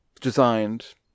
designed